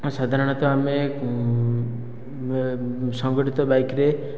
ସାଧାରଣତଃ ଆମେ ସଂଗଠିତ ବାଇକରେ